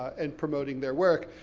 and promoting their work,